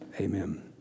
Amen